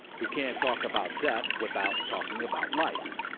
we can't talk about death without talking about life.